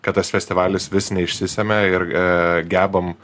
kad tas festivalis vis neišsisemia ir gebam